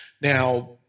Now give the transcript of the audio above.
Now